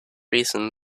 reason